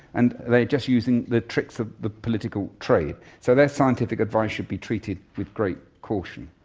and they're just using the tricks of the political trade. so their scientific advice should be treated with great caution.